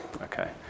Okay